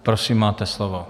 Prosím máte slovo.